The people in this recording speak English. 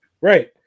right